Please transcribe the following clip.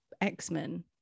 X-Men